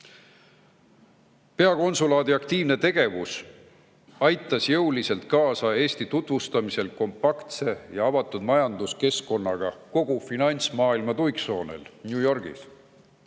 Peakonsulaadi aktiivne tegevus on jõuliselt aidanud kaasa Eesti tutvustamisel kompaktse ja avatud majanduskeskkonnana kogu finantsmaailma tuiksoonel – New Yorgis."